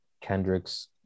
Kendrick's